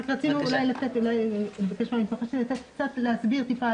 רצינו לבקש להסביר קצת